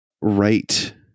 right